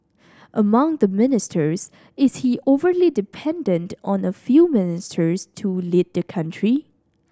among the ministers is he overly dependent on a few ministers to lead the country